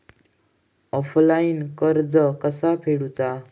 Offline कर्ज कसा फेडूचा?